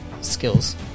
skills